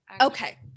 Okay